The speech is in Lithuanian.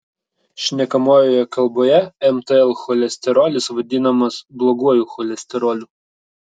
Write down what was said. šnekamojoje kalboje mtl cholesterolis vadinamas bloguoju cholesteroliu